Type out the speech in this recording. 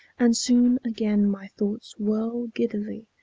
and soon again my thoughts whirl giddily,